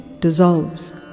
dissolves